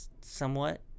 somewhat